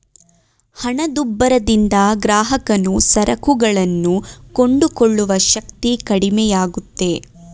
ಹಣದುಬ್ಬರದಿಂದ ಗ್ರಾಹಕನು ಸರಕುಗಳನ್ನು ಕೊಂಡುಕೊಳ್ಳುವ ಶಕ್ತಿ ಕಡಿಮೆಯಾಗುತ್ತೆ